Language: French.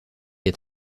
est